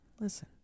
listen